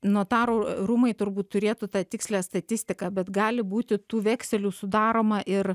notarų rūmai turbūt turėtų tą tikslią statistiką bet gali būti tų vekselių sudaroma ir